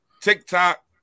TikTok